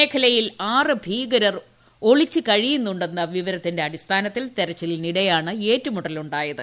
മേഖലയിൽ ആറ് ഭീകരർ ഒളിച്ചു കഴിയുന്നു ന്ന വിവരത്തിന്റെ അടിസ്ഥാനത്തിൽ തെരച്ചിലിനിടയിലാണ് ഏറ്റുമുട്ടലു ായത്